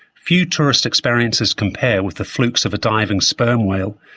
few tourist experiences compare with the flukes of a diving sperm whale,